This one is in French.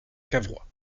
cavrois